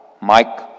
Mike